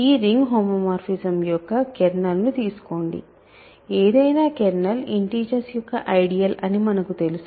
ఈ రింగ్ హోమోమార్ఫిజంయొక్క కెర్నల్ను తీసుకోండి ఏదైనా కెర్నల్ ఇంటిజర్స్ యొక్క ఐడియల్ అని మనకు తెలుసు